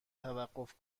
توقف